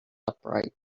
upright